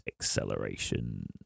acceleration